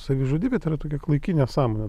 savižudybė tai yra tokia klaiki nesąmonė